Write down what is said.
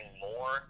more